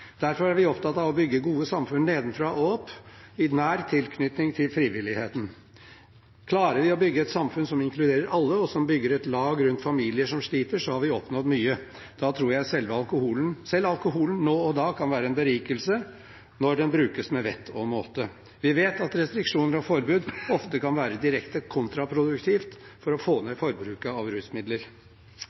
Derfor er vi opptatt av å bygge gode samfunn nedenfra og opp, i nær tilknytning til frivilligheten. Klarer vi å bygge et samfunn som inkluderer alle, og som bygger et lag rundt familier som sliter, har vi oppnådd mye. Da tror jeg selv alkoholen nå og da kan være en berikelse, når den brukes med vett og måte. Vi vet at restriksjoner og forbud ofte kan være direkte kontraproduktivt for å få ned forbruket av rusmidler.